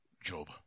Job